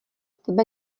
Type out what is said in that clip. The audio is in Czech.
tebe